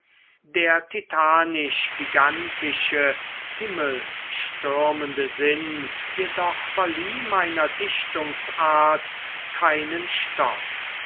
der titanisch gigantische himmelstürmende sinn jedoch verlieh meiner dichtungsart keinen stoff